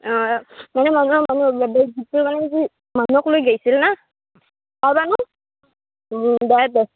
অঁ মানে মানুহে মানুহৰ বাবে গীতটো মানে কি মানুহক লৈ গাইছিল না গাবা না দে তে